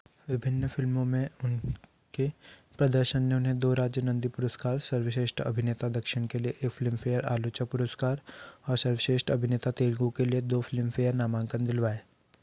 विभिन्न फिल्मों में उनके प्रदर्शन ने उन्हें दो राज्य नंदी पुरुस्कार सर्वश्रेष्ठ अभिनेता दक्षिण के लिए ए फ़िल्मफे़यर आलोचक पुरुस्कार औ सर्वश्रेष्ठ अभिनेता तेलगू के लिए दो फ़िल्मफेयर नामांकन दिलवाए